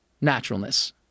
naturalness